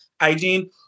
hygiene